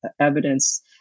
evidence